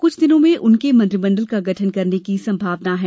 कुछ दिनों में उनके मंत्रिमंडल का गठन करने की संभावना है